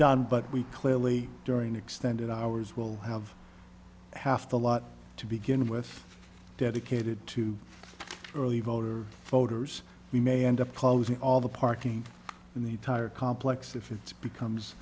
done but we clearly during extended hours will have half the lot to begin with dedicated to early voter voters we may end up closing all the parties in the entire complex if it's becomes